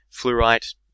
Fluorite